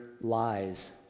lies